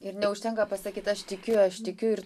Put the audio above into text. ir neužtenka pasakyt aš tikiu aš tikiu ir